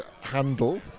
handle